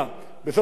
לצערנו הרב,